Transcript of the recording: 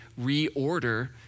reorder